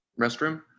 restroom